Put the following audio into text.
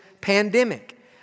pandemic